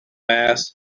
mass